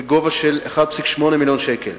בגובה של 1.8 מיליון שקל,